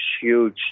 huge